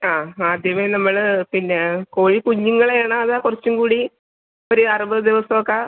ആ ആദ്യമേ നമ്മൾ പിന്നെ കോഴി കുഞ്ഞുങ്ങളെയാണാ അതോ കുറച്ചും കൂടി ഒരു അറുപത് ദിവസമൊക്കെ